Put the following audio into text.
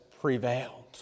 prevailed